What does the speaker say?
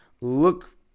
look